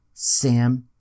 Sam